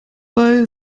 bei